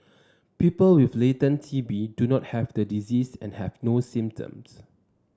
people with latent T B do not have the disease and have no symptoms